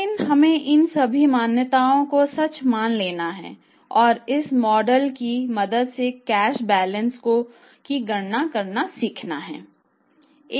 लेकिन हमें इन सभी मान्यताओं को सच मान लेना है और इस मॉडल की मदद से कैश बैलेंस की गणना करना सीखना है